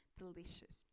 delicious